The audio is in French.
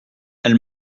elle